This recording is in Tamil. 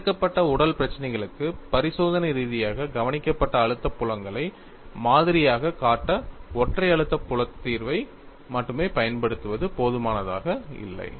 வரையறுக்கப்பட்ட உடல் பிரச்சினைகளுக்கு பரிசோதனை ரீதியாகக் கவனிக்கப்பட்ட அழுத்த புலங்களை மாதிரியாகக் காட்ட ஒற்றை அழுத்த புலத் தீர்வை மட்டுமே பயன்படுத்துவது போதுமானதாக இல்லை